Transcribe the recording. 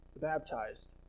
baptized